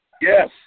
Yes